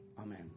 Amen